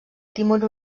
timor